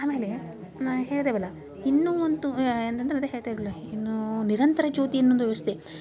ಆಮೇಲೆ ನಾ ಹೇಳಿದೆವಲ್ಲ ಇನ್ನೂ ಒಂದು ಏನಂದ್ರೆ ಅದೇ ಇನ್ನೂ ನಿರಂತರ ಜ್ಯೋತಿ ಎನ್ನುವ ಒಂದು ವ್ಯವಸ್ಥೆ